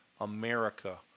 America